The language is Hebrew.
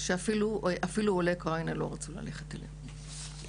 שאפילו עולי אוקראינה לא רוצים ללכת אליהן.